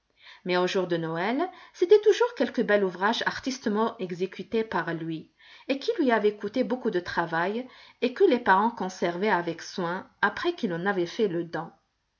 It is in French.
mais au jour de noël c'était toujours quelque bel ouvrage artistement exécuté par lui et qui lui avait coûté beaucoup de travail et que les parents conservaient avec soin après qu'il en avait fait le don